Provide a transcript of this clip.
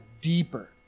Deeper